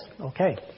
okay